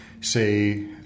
say